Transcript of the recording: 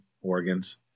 organs